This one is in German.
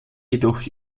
jedoch